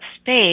space